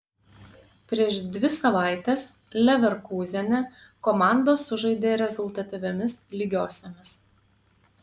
prieš dvi savaites leverkūzene komandos sužaidė rezultatyviomis lygiosiomis